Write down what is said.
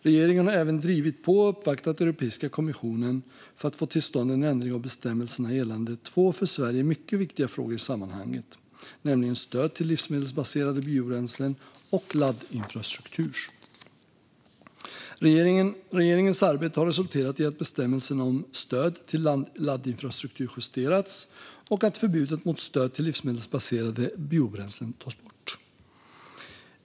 Regeringen har även drivit på och uppvaktat Europeiska kommissionen för att få till stånd en ändring av bestämmelser gällande två för Sverige mycket viktiga frågor i sammanhanget, nämligen stöd till livsmedelsbaserade biobränslen och laddinfrastruktur. Regeringens arbete har resulterat i att bestämmelsen om stöd till laddinfrastruktur justerats och att förbudet mot stöd till livsmedelsbaserade biobränslen tas bort.